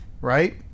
right